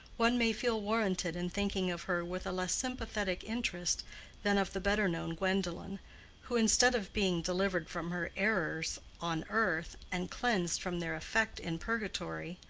one may feel warranted in thinking of her with a less sympathetic interest than of the better known gwendolen who, instead of being delivered from her errors on earth and cleansed from their effect in purgatory,